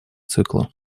цикла